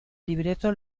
libreto